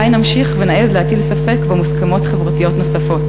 אולי נמשיך ונעז להטיל ספק במוסכמות חברתיות נוספות,